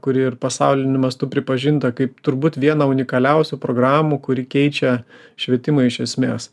kuri ir pasauliniu mastu pripažinta kaip turbūt viena unikaliausių programų kuri keičia švietimą iš esmės